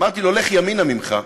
אמרתי לו: לך ימינה ממך,